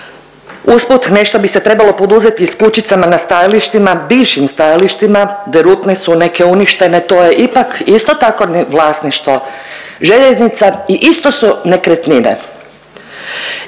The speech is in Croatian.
Usput, nešto bi se trebalo poduzeti i s kućicama na stajalištima, bivšim stajalištima, derutne su, neke uništene, to je ipak isto tako vlasništvo željeznica i isto su nekretnine.